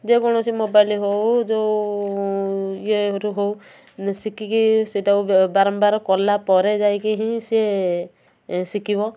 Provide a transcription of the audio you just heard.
ଯେ କୌଣସି ମୋବାଇଲ୍ରୁ ହଉ ଯେଉଁ ଇଏରୁ ହଉ ଶିଖିକି ସେଇଟାକୁ ବାରମ୍ବାର କଲାପରେ ଯାଇକି ହିଁ ସିଏ ଶିଖିବ